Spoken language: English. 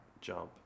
jump